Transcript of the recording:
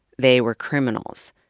they were criminals.